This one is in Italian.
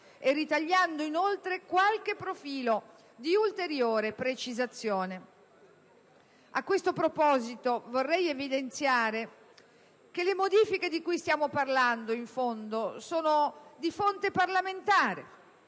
e ritagliando inoltre qualche profilo di ulteriore precisazione. A questo proposito, vorrei evidenziare che le modifiche di cui stiamo parlando, in fondo, sono di fonte parlamentare: